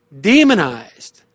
demonized